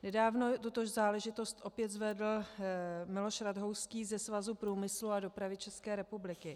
Nedávno tuto záležitost opět zvedl Miloš Rathouský ze Svazu průmyslu a dopravy České republiky.